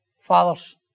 fathers